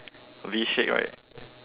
V shape right